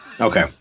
Okay